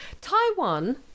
Taiwan